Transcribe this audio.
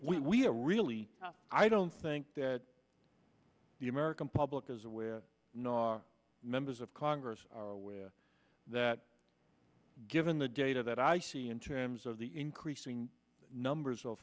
we are really i don't think that the american public is aware members of congress are aware that given the data that i see in terms of the increasing numbers of